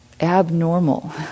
abnormal